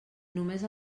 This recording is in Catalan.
només